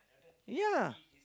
ya